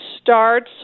starts